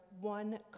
one